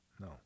No